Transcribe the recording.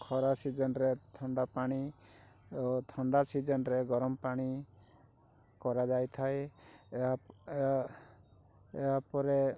ଖରା ସିଜିନ୍ରେ ଥଣ୍ଡା ପାଣି ଓ ଥଣ୍ଡା ସିଜିନ୍ରେ ଗରମ ପାଣି କରାଯାଇଥାଏ ଏହା ଏହା ଏହା ପରେ